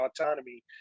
autonomy